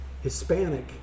Hispanic